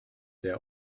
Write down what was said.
der